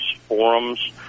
forums